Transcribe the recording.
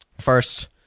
First